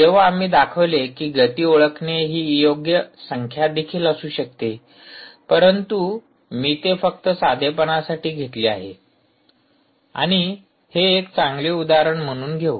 जेव्हा आम्ही दाखवले की गती ओळखणे ही एक योग्य संख्या देखील असू शकते परंतु मी ते फक्त साधेपणासाठी घेतले आहे आणि हे एक चांगले उदाहरण म्हणून घेऊ